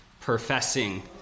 professing